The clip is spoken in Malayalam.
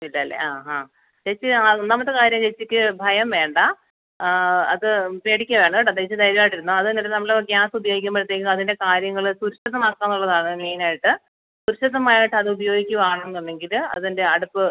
ഇതല്ലേ ആ അ ചേച്ചി ആ ഒന്നാമത്തെ കാര്യം ചേച്ചിക്ക് ഭയം വേണ്ട അത് പേടിക്കുകയേ വേണ്ട കേട്ടോ ചേച്ചി ധൈര്യമായിട്ട് ഇരുന്നോ അത് നമ്മൾ ഗ്യാസ് ഉപയോഗിക്കുമ്പഴത്തേക്ക് അതിന്റെ കാര്യങ്ങൾ സുരക്ഷിതമാക്കുക എന്നുള്ളതാണ് മെയ്ൻ ആയിട്ട് സുരക്ഷിതമായിട്ട് അത് ഉപയോഗിക്കുകയാണ് എന്നുണ്ടെങ്കിൽ അതിന്റെ അടുപ്പ്